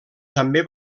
també